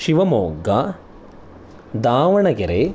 Shivamogga Davanagere